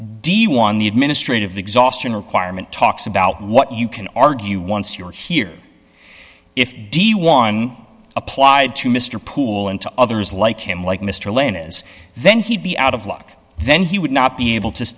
administrative exhaustion requirement talks about what you can argue once you're here if d one applied to mr poole and to others like him like mr lane is then he'd be out of luck then he would not be able to